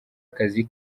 akazi